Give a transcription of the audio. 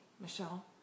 Michelle